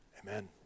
amen